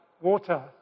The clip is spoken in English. water